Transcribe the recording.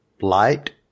Light